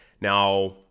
Now